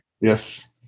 Yes